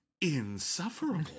insufferable